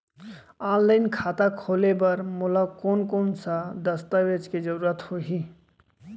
Online खाता खोले बर मोला कोन कोन स दस्तावेज के जरूरत होही?